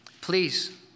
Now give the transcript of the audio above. Please